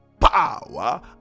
power